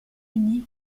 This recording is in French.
unis